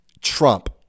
Trump